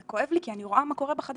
זה כואב לי כי אני רואה מה קורה בחדשות,